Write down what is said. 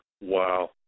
Wow